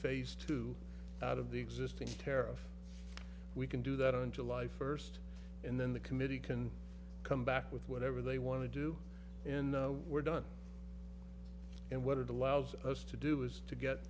phase two out of the existing tariff we can do that on july first and then the committee can come back with whatever they want to do in we're done and what it allows us to do is to get